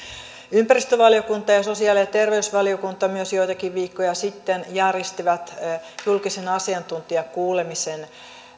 ympäristövaliokunta ja sosiaali ja terveysvaliokunta myös joitakin viikkoja sitten järjestivät julkisen asiantuntijakuulemisen